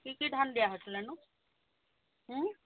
কি কি ধান দিয়া হৈছিলে নো